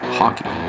hockey